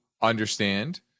understand